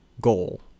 goal